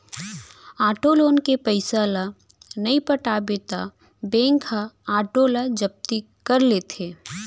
auto loan के पइसा ल नइ पटाबे त बेंक ह आटो ल जब्ती कर लेथे